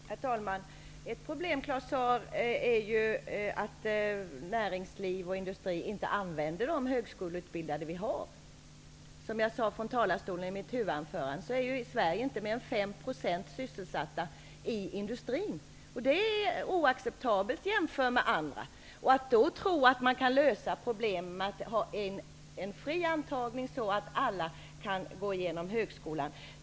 Herr talman! Ett problem, Claus Zaar, är att näringsliv och industri inte använder de högskoleutbildade. Som jag sade i mitt huvudanförande från talarstolen, är det inte mer än 5 % som är sysselsatta i industrin i Sverige. Det är oacceptabelt, när man jämför med hur det är i andra länder. Det är därför fel att tro att man kan lösa problemen genom en fri antagning, så alla kan gå igenom högskolan.